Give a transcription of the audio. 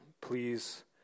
Please